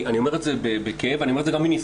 אני אומר את זה בכאב ואני אומר את זה גם מניסיון.